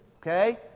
okay